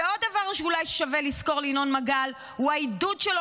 ועוד דבר שאולי שווה לזכור לינון מגל הוא העידוד שלו